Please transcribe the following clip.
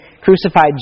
Crucified